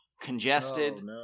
Congested